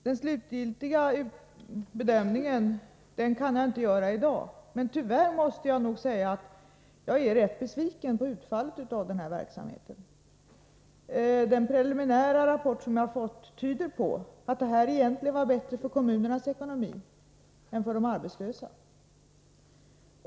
Den slutgiltiga bedömningen kan jag inte göra i dag, men tyvärr måste jag säga att jag är rätt besviken på utfallet av den här verksamheten. Den preliminära rapport som jag har fått tyder på att detta egentligen var bättre för kommunernas ekonomi än för de arbetslösa.